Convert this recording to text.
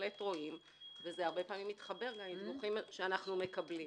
זה הרבה פעמים מתחבר עם דיווחים שאנחנו מקבלים.